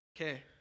Okay